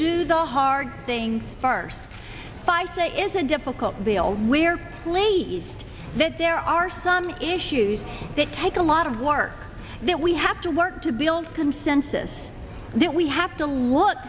the hard things first fight that is a difficult bill we're pleased that there are some issues that take a lot of work that we have to work to build consensus that we have to look